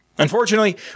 Unfortunately